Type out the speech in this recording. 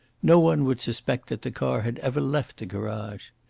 no one would suspect that the car had ever left the garage.